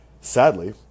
Sadly